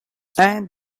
and